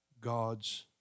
God's